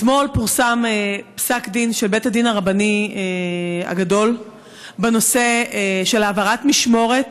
אתמול פורסם פסק דין של בית הדין הרבני הגדול בנושא של העברת משמורת